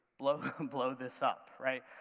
blow and blow this up, right?